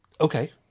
Okay